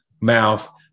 mouth